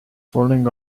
falling